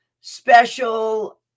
special